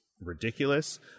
ridiculous